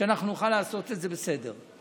שנוכל לעשות את זה בסדר.